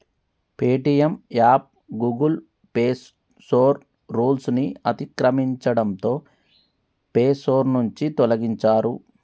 Paytm app Google పేసోర్ rules ని అతిక్రమించడంతో పేసోర్ నుంచి తొలగించారు